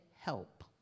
help